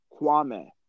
Kwame